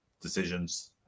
decisions